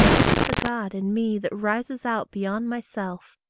is it the god in me that rises out beyond my self,